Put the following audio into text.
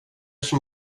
som